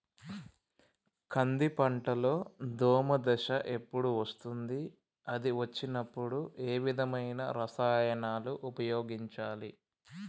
కంది పంటలో దోమ దశ ఎప్పుడు వస్తుంది అది వచ్చినప్పుడు ఏ విధమైన రసాయనాలు ఉపయోగించాలి?